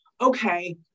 okay